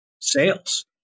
sales